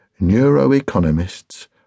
Neuroeconomists